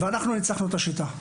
ואנחנו ניצחנו את השיטה,